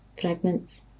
fragments